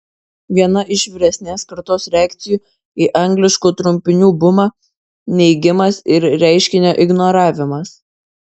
viena iš vyresnės kartos reakcijų į angliškų trumpinių bumą neigimas ir reiškinio ignoravimas